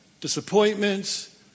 disappointments